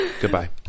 Goodbye